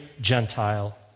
Gentile